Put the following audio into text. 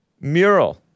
mural